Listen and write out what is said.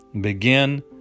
Begin